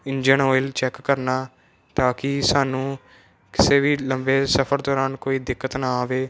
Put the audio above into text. engine oil check ਕਰਨਾ ਤਾਂ ਕਿ ਸਾਨੂੰ ਕਿਸੇ ਵੀ ਲੰਬੇ ਸਫਰ ਦੌਰਾਨ ਕੋਈ ਦਿੱਕਤ ਨਾ ਆਵੇ